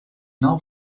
now